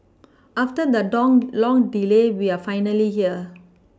after the long delay we are finally here